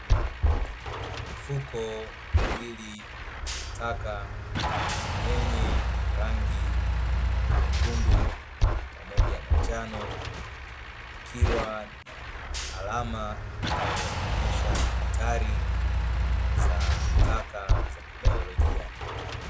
Mifuko miwili ya taka yenye rangi nyekundu pamoja na njano ikiwa na alama inayoonyesha hatari za taka za kibaiolojia.